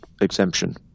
exemption